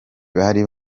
bari